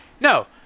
No